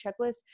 checklist